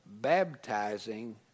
Baptizing